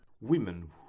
Women